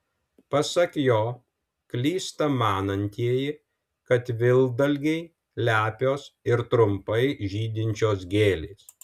pasak jo klysta manantieji kad vilkdalgiai lepios ir trumpai žydinčios gėlės